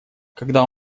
когда